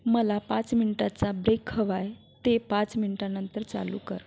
मला पाच मिनिटांचा ब्रेक हवा आहे ते पाच मिनिटांनंतर चालू कर